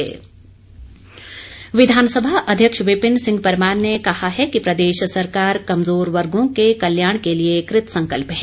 विपिन परमार विधानसभा अध्यक्ष विपिन सिंह परमार ने कहा है कि प्रदेश सरकार कमजोर वर्गों के कल्याण के लिए कृतसंकल्प है